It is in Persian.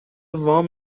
وام